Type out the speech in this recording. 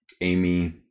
amy